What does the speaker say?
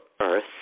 Earth